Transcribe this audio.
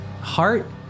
heart